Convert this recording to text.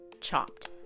chopped